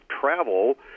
travel